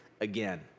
again